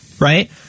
right